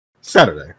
Saturday